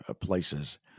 places